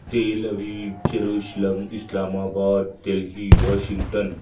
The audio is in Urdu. تیل اویو یروشلم اسلام آباد دلہی واشنگٹن